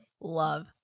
love